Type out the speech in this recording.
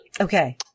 Okay